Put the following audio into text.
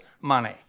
money